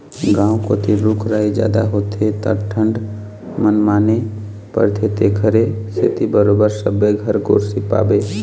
गाँव कोती रूख राई जादा होथे त ठंड मनमाने परथे तेखरे सेती बरोबर सबे घर गोरसी पाबे